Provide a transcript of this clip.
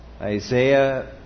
Isaiah